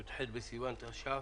י"ח בסיוון תש"פ.